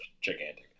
Gigantic